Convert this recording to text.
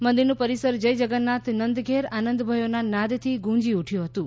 મંદિરનું પરિસર જય જગન્નાથ નંદ ઘેર આનંદ ભયોનાં નાદથી ગુંજી ઉઠ્યું હતું